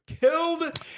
killed